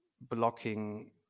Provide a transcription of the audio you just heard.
blocking